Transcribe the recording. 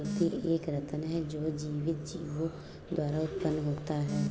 मोती एक रत्न है जो जीवित जीवों द्वारा उत्पन्न होता है